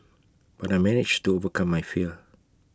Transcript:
but I managed to overcome my fear